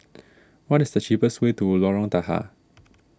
what is the cheapest way to Lorong Tahar